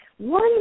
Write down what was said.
One